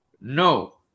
No